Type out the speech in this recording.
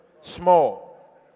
Small